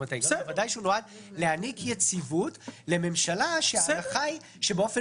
בוודאי הוא נועד להעניק יציבות לממשלה שההנחה היא שבאופן